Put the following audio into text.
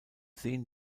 sehen